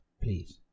please